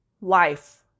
life